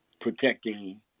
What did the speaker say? protecting